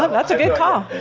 that's a good call.